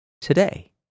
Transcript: today